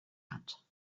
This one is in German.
hat